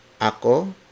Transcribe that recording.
Ako